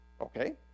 okay